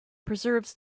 preserves